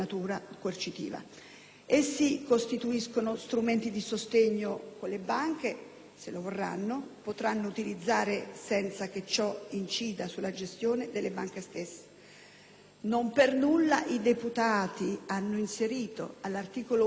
Essi costituiscono strumenti di sostegno che le banche, se lo vorranno, potranno utilizzare senza che ciò incida sulla gestione delle banche stesse. Non per nulla i deputati hanno inserito, all'articolo 1, comma 3,